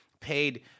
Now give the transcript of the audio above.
paid